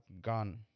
gone